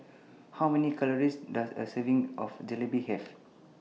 How Many Calories Does A Serving of Jalebi Have